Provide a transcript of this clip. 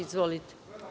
Izvolite.